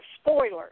spoilers